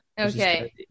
okay